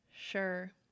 sure